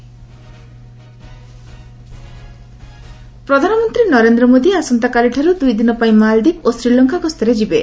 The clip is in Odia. ପିଏମ୍ ମାଳଦ୍ୱୀପ ପ୍ରଧାନମନ୍ତ୍ରୀ ନରେନ୍ଦ୍ର ମୋଦି ଆସନ୍ତାକାଲିଠାରୁ ଦୁଇ ଦିନ ପାଇଁ ମାଳଦ୍ୱୀପ ଓ ଶ୍ରୀଲଙ୍କା ଗସ୍ତରେ ଯିବେ